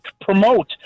promote